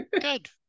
good